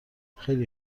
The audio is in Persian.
خیلی